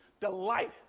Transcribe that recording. delight